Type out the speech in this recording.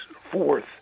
Fourth